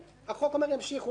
ימשיכו לנהל